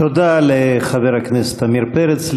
תודה לחבר הכנסת עמיר פרץ.